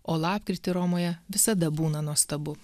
o lapkritį romoje visada būna nuostabu